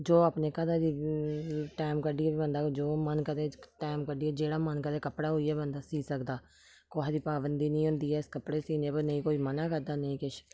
जो अपने घरै दी टैम कड्ढियै बी बंदा जो मन करै टैम कड्ढियै जेह्ड़ा मन करै कपड़ा होइयै बंदा सी सकदा कुसै दी पाबंदी निं होंदी ऐ इस कपड़े सीने पर नेईं कोई म'ना करदा नेईं किश